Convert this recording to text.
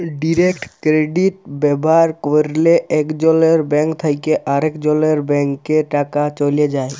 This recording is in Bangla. ডিরেট কেরডিট ব্যাভার ক্যরলে একজলের ব্যাংক থ্যাকে আরেকজলের ব্যাংকে টাকা চ্যলে যায়